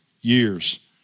years